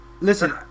Listen